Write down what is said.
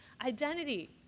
identity